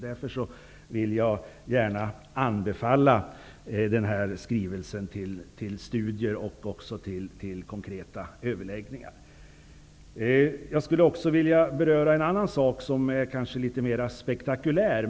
Därför vill jag gärna anbefalla den skrivelsen till studier och till konkreta överläggningar. Jag skulle också vilja beröra en annan sak som kanske är litet mera spektakulär.